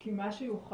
כי מה שיוחס,